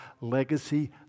legacy